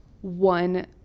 one